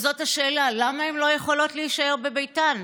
וזאת השאלה: למה הן לא יכולות להישאר בביתן?